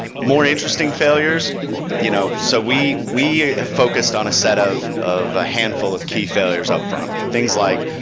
more interesting failures you know so we we have focused on a set of of a handful of key failures upfront, things like,